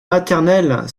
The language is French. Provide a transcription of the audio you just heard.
maternelle